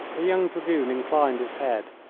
the young dragoon inclined his head.